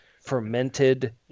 fermented